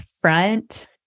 front